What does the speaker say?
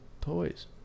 toys